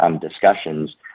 discussions